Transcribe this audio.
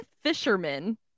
fisherman